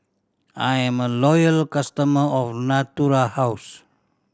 I'm a loyal customer of Natura House